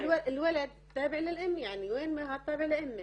(מדברת בערבית)